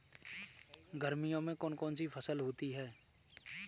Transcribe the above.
गर्मियों में कौन कौन सी फसल होती है?